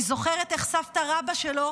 אני זוכרת איך סבתא רבתא שלו